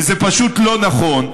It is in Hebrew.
וזה פשוט לא נכון,